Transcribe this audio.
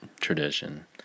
tradition